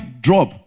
drop